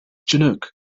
chinook